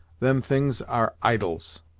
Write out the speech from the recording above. them things are idols!